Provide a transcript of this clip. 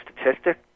statistic